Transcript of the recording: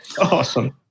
Awesome